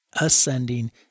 ascending